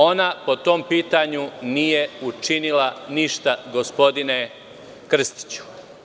Ona po tom pitanju nije učinila ništa, gospodine Krstiću.